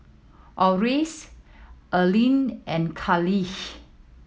Orris Erline and Carleigh